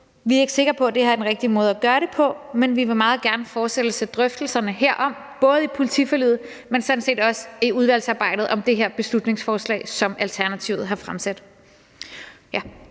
Vi er ikke sikre på, at det her er den rigtige måde at gøre det på, men vi vil meget gerne fortsætte drøftelserne herom, både i politiforliget, men sådan set også i udvalgsarbejdet med det her beslutningsforslag, som Alternativet har fremsat.